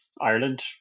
Ireland